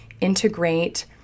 integrate